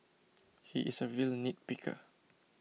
he is a real nitpicker